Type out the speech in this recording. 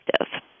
effective